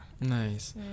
nice